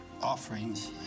offerings